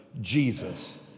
Jesus